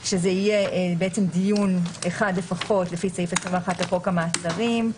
שזה יהיה בעצם דיון אחד לפחות לפי סעיף 21 לחוק המעצרים.